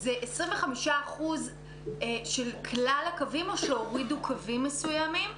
זה 25% של כלל הקווים או שהורידו קווים מסוימים?